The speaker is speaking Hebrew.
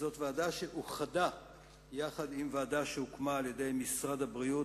זאת ועדה שאוחדה עם ועדה שהוקמה על-ידי משרד הבריאות